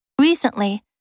Recently